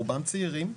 רובם צעירים,